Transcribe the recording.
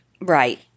Right